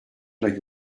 like